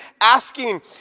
asking